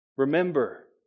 Remember